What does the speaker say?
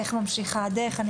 איך ממשיכה הדרך,